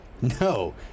No